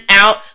out